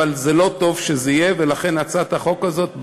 אבל זה לא טוב שזה יהיה, ולכן הצעת החוק הזאת באה,